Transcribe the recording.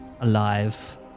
alive